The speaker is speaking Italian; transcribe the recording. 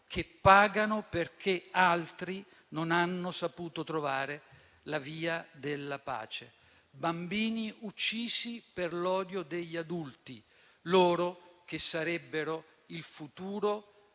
Che pagano perché altri non hanno saputo trovare la via della pace». «Bambini uccisi per l'odio degli adulti, loro che sarebbero il futuro